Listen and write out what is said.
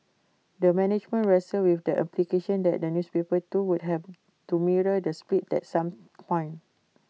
the management wrestled with the implication that the newspaper too would have to mirror the split at some point